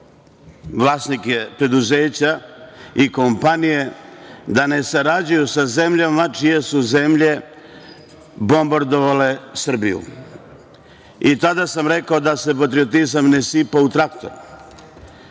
vlasnike preduzeća i kompanije da ne sarađuju sa zemljama čije su zemlje bombardovale Srbiju. Tada sam rekao da se patriotizam ne sipa u traktor. Koje